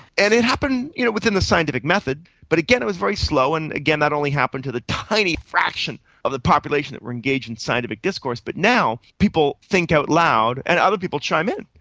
and it happened you know within the scientific method but, again, it was very slow and, again, that only happened to the tiny fraction of the population that were engaged in scientific discourse. but now people think out loud and other people chime in,